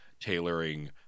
tailoring